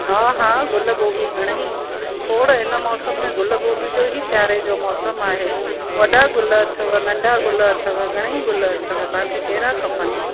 हा हा गुल गोभी घणई खोड़ हिन मौसम में गुल गोभी जो हीउ सियारे जो मौसम आहे वॾा गुल अथव नंढा गुल अथव घणई गुल अथव तव्हां खे कहिड़ा खपनि